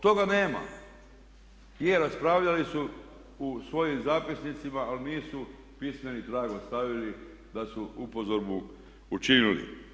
Toga nema i raspravljali su u svojim zapisnicima ali nisu pismeni trag ostavili da su upozorbu učinili.